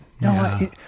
No